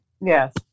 Yes